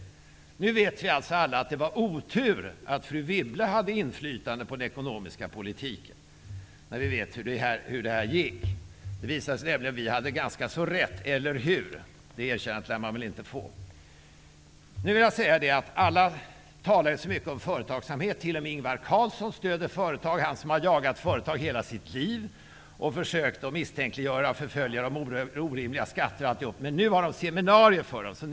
Nu, när vi vet hur det gick, vet vi alla att det var otur att fru Wibble hade inflytande på den ekonomiska politiken. Det har nämligen visat sig att vi hade ganska så rätt -- eller hur? Men det erkännandet lär vi väl inte få. Alla talar så mycket om företagsamhet. T.o.m. Ingvar Carlsson stöder företag, han som i hela sitt liv har jagat företagen, förföljt dem med orimliga skatter och försökt att misstänkliggöra dem. Nu har Socialdemokraterna seminarier för dem.